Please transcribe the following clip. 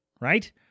right